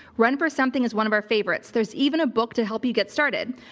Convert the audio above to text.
run for something is one of our favorites. there's even a book to help you get started.